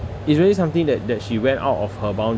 it's really something that that she went out of her boun~